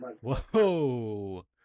Whoa